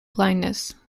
blindness